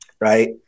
right